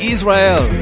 Israel